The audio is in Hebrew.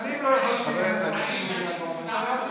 שנים לא התפללתי על הציון בל"ג בעומר,